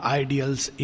ideal's